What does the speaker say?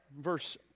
Verse